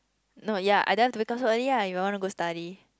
no ya I don't have to wake up so early lah if I want to go study